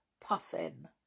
Puffin